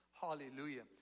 Hallelujah